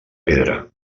pedra